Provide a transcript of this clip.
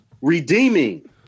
Redeeming